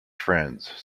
friends